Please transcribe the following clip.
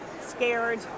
scared